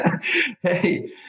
hey